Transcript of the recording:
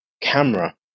camera